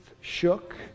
shook